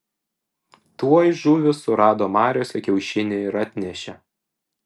tuoj žuvys surado mariose kiaušinį ir atnešė